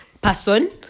person